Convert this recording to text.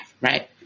right